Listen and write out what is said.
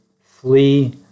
flee